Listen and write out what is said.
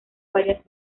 varias